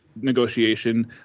negotiation